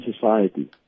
society